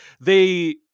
They-